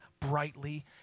brightly